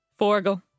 Forgel